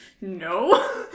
no